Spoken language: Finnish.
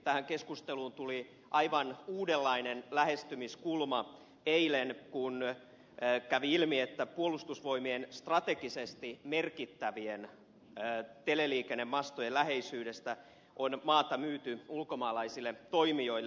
tähän keskusteluun tuli aivan uudenlainen lähestymiskulma eilen kun kävi ilmi että puolustusvoimien strategisesti merkittävien teleliikennemastojen läheisyydestä on maata myyty ulkomaalaisille toimijoille